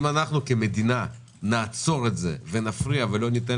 אם אנחנו כמדינה נעצור את זה ונפריע ולא ניתן